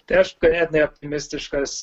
tai aš ganėtinai optimistiškas